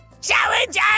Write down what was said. Challenge